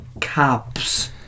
caps